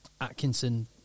Atkinson